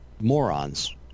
Morons